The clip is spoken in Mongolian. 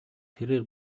тэрээр